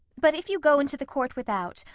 but if you go into the court without,